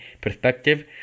perspective